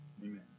Amen